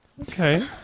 Okay